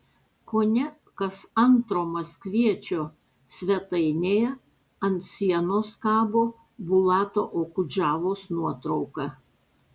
kone kas antro maskviečio svetainėje ant sienos kabo bulato okudžavos nuotrauka